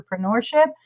entrepreneurship